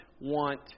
want